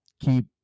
keep